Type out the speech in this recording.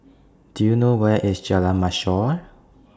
Do YOU know Where IS Jalan Mashor